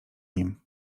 nim